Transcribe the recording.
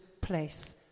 place